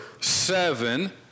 seven